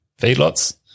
feedlots